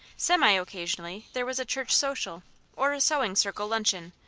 semi-occasionally there was a church social or a sewing circle luncheon,